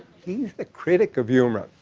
he's the critic of humor,